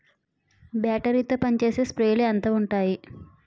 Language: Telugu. బ్యాటరీ తో పనిచేసే స్ప్రేలు ఎంత ఉంటాయి?